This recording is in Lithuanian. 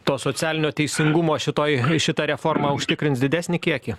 to socialinio teisingumo šitoj šita reforma užtikrins didesnį kiekį